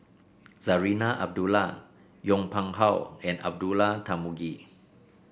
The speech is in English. Zarinah Abdullah Yong Pung How and Abdullah Tarmugi